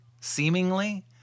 seemingly